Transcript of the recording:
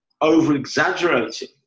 over-exaggerating